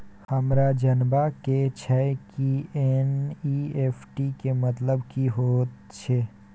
हमरा जनबा के छै की एन.ई.एफ.टी के मतलब की होए है?